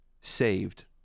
saved